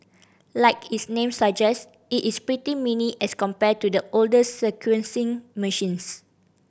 like its name suggest it is pretty mini as compared to the older sequencing machines